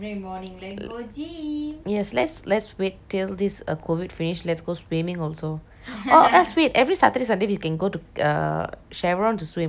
yes let's let's wait till this uh COVID finish let's go swimming also oh let's wait every saturday sunday we can go to err chevron to swim I got this chevron membership you see and jurong ya saturday sunday is open for members